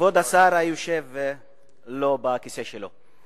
כבוד השר היושב לא בכיסא שלו.